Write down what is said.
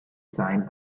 signed